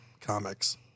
comics